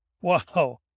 Wow